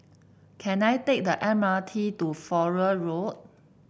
can I take the M R T to Flora Road